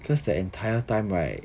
because the entire time right